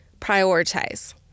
prioritize